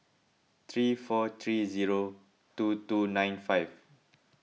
three four three zero two two nine five